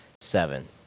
seven